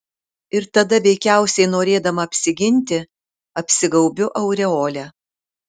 ir tada veikiausiai norėdama apsiginti apsigaubiu aureole